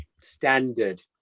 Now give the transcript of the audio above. standard